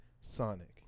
Sonic